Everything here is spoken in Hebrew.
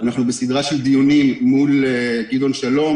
אנחנו בסדרה של דיונים מול גדעון שלום